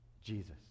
jesus